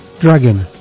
Dragon